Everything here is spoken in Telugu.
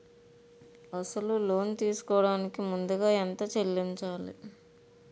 అసలు లోన్ తీసుకోడానికి ముందుగా ఎంత చెల్లించాలి?